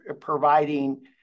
providing